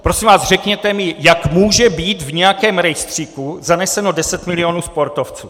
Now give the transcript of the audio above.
Prosím vás, řekněte mi, jak může být v nějakém rejstříku zaneseno 10 milionů sportovců.